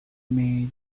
made